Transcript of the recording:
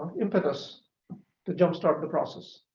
impetus to jumpstart the process.